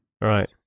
Right